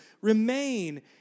remain